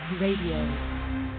Radio